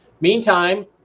Meantime